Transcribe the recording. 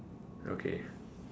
okay